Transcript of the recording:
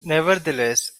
nevertheless